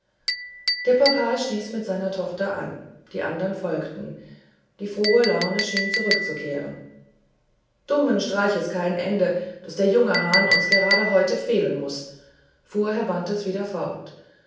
der papa stieß mit seiner tochter an die andern folgten die frohe laune schien zurückzukehren dummen streiches kein ende daß der junge hahn uns gerade heute fehlen muß fuhr herr bantes wieder fort